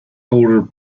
older